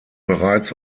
bereits